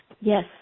Yes